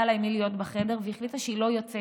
עם מי להיות בחדר והיא החליטה שהיא לא יוצאת,